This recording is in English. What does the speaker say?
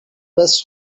best